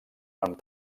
amb